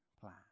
plan